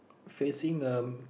facing a